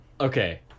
Okay